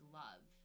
love